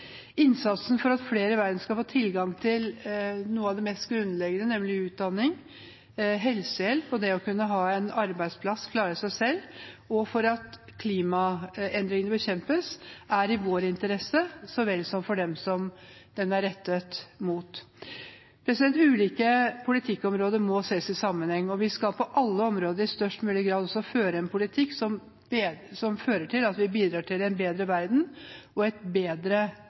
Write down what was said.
Innsatsen for at flere i verden skal få tilgang til noe av det mest grunnleggende, nemlig utdanning, helsehjelp og det å kunne ha en arbeidsplass, klare seg selv, og for at klimaendringene bekjempes, er i vår interesse så vel som for dem den er rettet mot. Ulike politikkområder må sees i sammenheng, og vi skal på alle områder i størst mulig grad også føre en politikk som fører til at vi bidrar til en bedre verden og et bedre